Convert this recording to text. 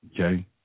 Okay